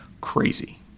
crazy